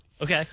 Okay